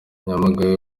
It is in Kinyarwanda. nyamagabe